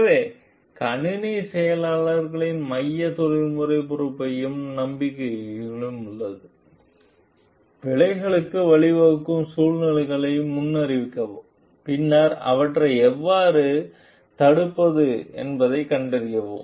எனவே கணினி பொறியியலாளர்களின் மைய தொழில்முறை பொறுப்பையும் நம்பியுள்ளது பிழைகளுக்கு வழிவகுக்கும் சூழ்நிலைகளை முன்னறிவிக்கவும் பின்னர் அவற்றை எவ்வாறு கைது செய்வது என்பதைக் கண்டறியவும்